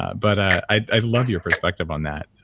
ah but ah i've loved your perspective on that,